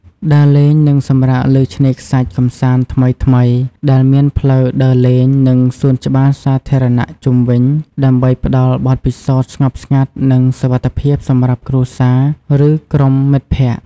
ដើរលេង និងសម្រាកលើឆ្នេរខ្សាច់កម្សាន្តថ្មីៗ ដែលមានផ្លូវដើរលេង និងសួនច្បារសាធារណៈជុំវិញ ដើម្បីផ្តល់បទពិសោធន៍ស្ងប់ស្ងាត់ និងសុវត្ថិភាពសម្រាប់គ្រួសារ ឫក្រុមមិត្តភក្តិ។